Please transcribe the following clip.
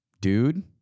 dude